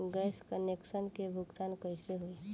Gas connection के भुगतान कैसे होइ?